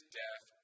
death